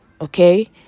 Okay